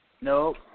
Nope